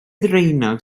ddraenog